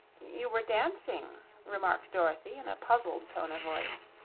you were dancing, remarked dorothy, in a puzzled tone of voice.